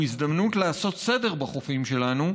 הוא הזדמנות לעשות סדר בחופים שלנו.